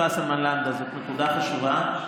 לנדה, זאת נקודה חשובה,